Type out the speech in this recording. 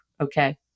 Okay